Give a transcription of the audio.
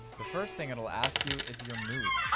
the first thing it'll ask you is your mood.